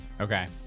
Okay